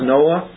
Noah